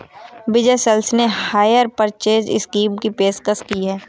विजय sales ने hire purchase scheme की पेशकश की हैं